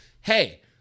hey